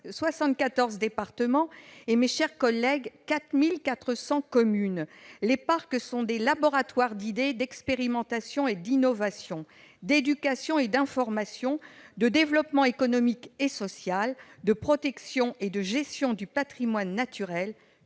74 départements et 4 400 communes ! Les parcs sont des laboratoires d'idées, d'expérimentation, d'innovation, d'éducation, d'information, de développement économique et social, de protection et de gestion du patrimoine naturel,